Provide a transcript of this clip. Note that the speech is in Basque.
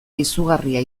izugarria